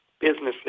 businesses